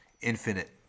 infinite